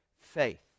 faith